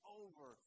over